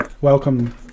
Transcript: welcome